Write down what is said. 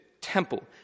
temple